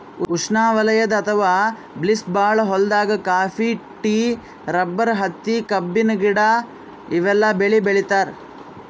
ಉಷ್ಣವಲಯದ್ ಅಥವಾ ಬಿಸ್ಲ್ ಭಾಳ್ ಹೊಲ್ದಾಗ ಕಾಫಿ, ಟೀ, ರಬ್ಬರ್, ಹತ್ತಿ, ಕಬ್ಬಿನ ಗಿಡ ಇವೆಲ್ಲ ಬೆಳಿ ಬೆಳಿತಾರ್